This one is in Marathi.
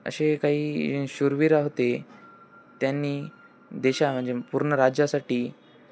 असे काही शुरवीर होते त्यांनी देशा म्हणजे पूर्ण राज्यासाठी